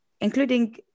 including